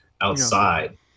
outside